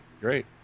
Great